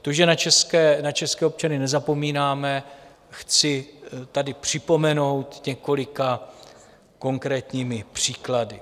To, že na české občany nezapomínáme, chci tady připomenout několika konkrétními příklady.